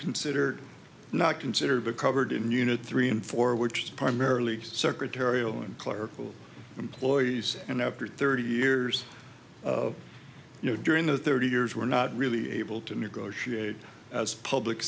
considered not considered a covered in unit three and four which is primarily secretarial and clerical employees and after thirty years of you know during the thirty years we're not really able to negotiate as public